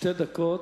שתי דקות,